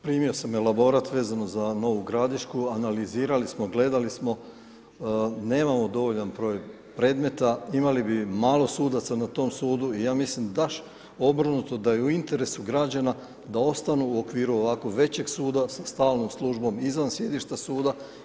Primio sam elaborat vezano za Novu Gradišku, analizirali smo, gledali smo, nemamo dovoljan broj predmeta, imali bi malo sudaca na tom sudu i ja mislim baš obrnuto da je u interesu građana da ostanu u okviru ovako većeg suda sa stalnom službom izvan sjedišta suda.